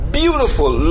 beautiful